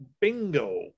Bingo